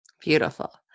Beautiful